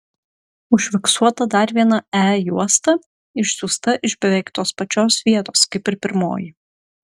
užfiksuota dar viena e juosta išsiųsta iš beveik tos pačios vietos kaip ir pirmoji